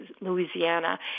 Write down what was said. Louisiana